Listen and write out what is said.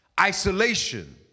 Isolation